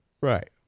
right